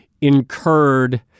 incurred